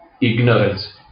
ignorance